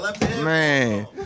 Man